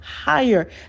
higher